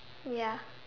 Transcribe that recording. ya